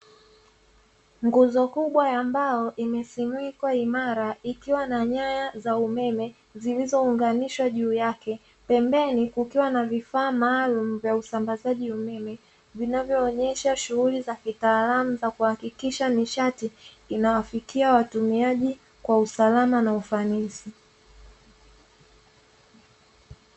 Nguzo kubwa ya mbao imesimikwa imara, ikiwa na nyaya za umeme zilizounganishwa juu yake. Pembeni kukiwa na vifaa maalumu vya usambazaji umeme, vinavyoonyesha shughuli za kitaalamu za kuhakikisha nishati inawafikia watumiaji kwa usalama na ufanisi.